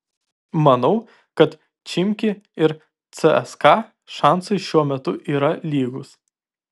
manau kad chimki ir cska šansai šiuo metu yra lygūs